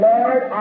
Lord